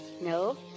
No